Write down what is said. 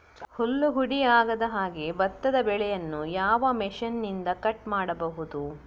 ಹುಲ್ಲು ಹುಡಿ ಆಗದಹಾಗೆ ಭತ್ತದ ಬೆಳೆಯನ್ನು ಯಾವ ಮಿಷನ್ನಿಂದ ಕಟ್ ಮಾಡಬಹುದು?